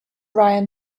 ryan